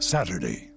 Saturday